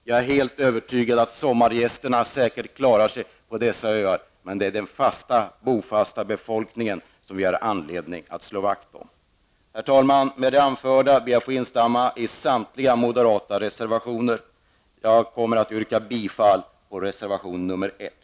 Jag är helt övertygad om att sommargästerna klarar sig på öarna i fråga, men det är den bofasta befolkningen som vi har anledning att slå vakt om. Med det anförda ber jag att få instämma i samtliga moderata reservationer och yrkar bifall till reservation 1.